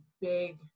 big